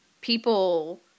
people